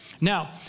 Now